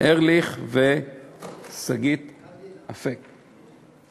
ארליך ולשגית אפיק.